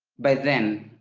but then,